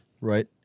right